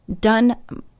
done